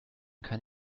kann